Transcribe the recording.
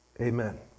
Amen